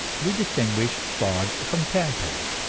we distinguish frogs from tadpoles,